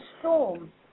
storm